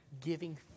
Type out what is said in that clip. Giving